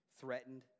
threatened